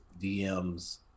DMs